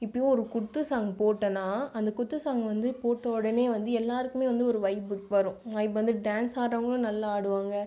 இப்போயும் ஒரு குத்து சாங் போட்டேன்னா அந்த குத்து சாங் வந்து போட்ட உடனே வந்து எல்லாருக்குமே வந்து ஒரு வைப்பு வரும் வைப் வந்து டான்ஸ் ஆடுறவங்களும் நல்லா ஆடுவாங்கள்